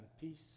peace